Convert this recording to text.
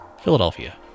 Philadelphia